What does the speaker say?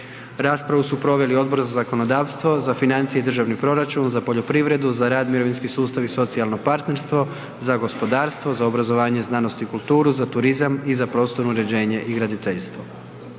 Raspravu su proveli Odbor za zakonodavstvo, za financije i državni proračun, za poljoprivredu, za rad, mirovinski sustav i socijalno partnerstvo, za gospodarstvo, za obrazovanje, znanost i kulturu, za turizam i za prostorno uređenje i graditeljstvo.